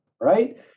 right